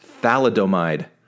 thalidomide